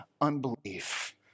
unbelief